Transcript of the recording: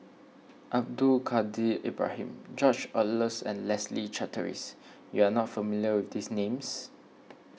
Abdul Kadir Ibrahim George Oehlers and Leslie Charteris you are not familiar with these names